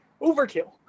overkill